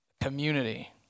Community